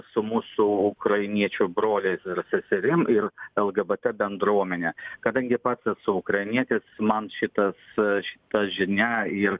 su mūsų ukrainiečių broliais ir seserim el ge bate bendruomene kadangi pats esu ukrainietis man šitas šita žinia ir